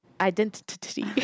Identity